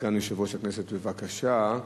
סגן יושב-ראש הכנסת, בבקשה.